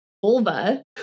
vulva